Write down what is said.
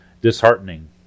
disheartening